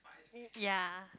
ya